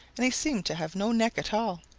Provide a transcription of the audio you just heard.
and he seemed to have no neck at all,